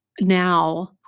now